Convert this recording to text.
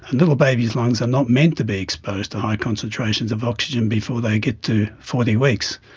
little babies' lungs are not meant to be exposed to high concentrations of oxygen before they get to forty weeks.